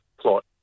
plot